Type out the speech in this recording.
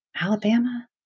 Alabama